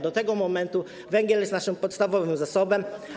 Do tego momentu węgiel jest naszym podstawowym zasobem.